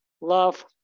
love